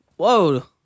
Whoa